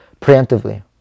preemptively